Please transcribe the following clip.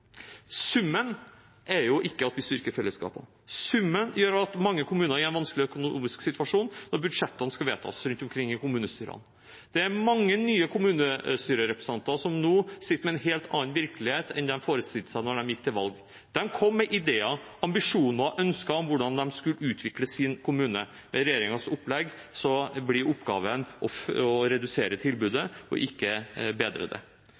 Summen er ikke at vi styrker fellesskapet. Summen gjør at mange kommuner er i en vanskelig økonomisk situasjon når budsjettene skal vedtas rundt omkring i kommunestyrene. Det er mange nye kommunestyrerepresentanter som nå sitter med en helt annen virkelighet enn de forestilte seg da de gikk til valg. De kom med ideer, ambisjoner og ønsker om hvordan de skulle utvikle sin kommune. Med regjeringens opplegg blir oppgaven å redusere tilbudet, ikke å bedre det.